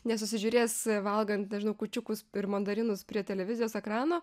nesusižiūrės valgant nežinau kūčiukus ir mandarinus prie televizijos ekrano